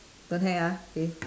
don't hang up okay